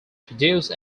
produced